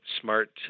smart